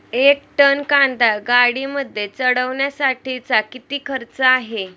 एक टन कांदा गाडीमध्ये चढवण्यासाठीचा किती खर्च आहे?